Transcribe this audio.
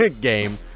game